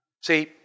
See